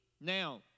Now